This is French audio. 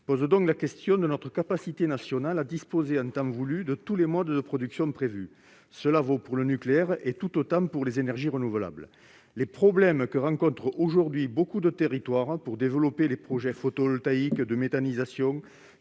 pose donc la question de notre capacité nationale à disposer, en temps voulu, de tous les modes de production prévus. Cela vaut pour le nucléaire tout autant que pour les énergies renouvelables. Les problèmes que rencontrent aujourd'hui nombre de territoires pour développer des projets photovoltaïques ou de méthanisation,